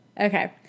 okay